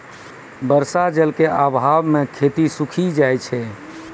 बर्षा जल क आभाव म खेती सूखी जाय छै